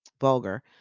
vulgar